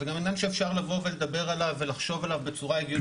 זה גם עניין שאפשר לבוא ולדבר עליו ולחשוב עליו בצורה הגיונית,